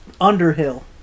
Underhill